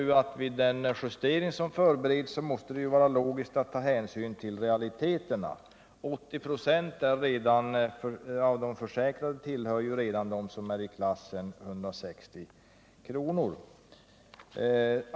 Vid den justering som förbereds måste det vara logiskt att ta hänsyn till realiteterna. 80 26 av de försäkrade tillhör redan dagpenningklassen 160 kr.